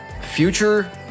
Future